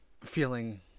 feeling